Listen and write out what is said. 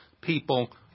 people